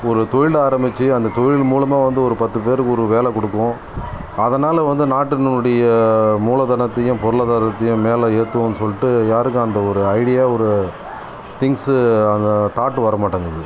ஒரு தொழில் ஆரம்மிச்சு அந்த தொழில் மூலமாக வந்து ஒரு பத்து பேருக்கு ஒரு வேலை கொடுப்போம் அதனால் வந்து நாட்டினுடைய மூலதனத்தையும் பொருளாதாரத்தையும் மேலே ஏற்றுவோம் சொல்லிட்டு யாருக்கும் அந்த ஒரு ஐடியா ஒரு திங்ஸ்சு அந்த தாட் வரமாட்டேங்கிது